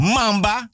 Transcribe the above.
Mamba